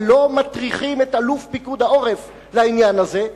ולא מטריחים את אלוף פיקוד העורף לעניין הזה.